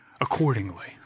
accordingly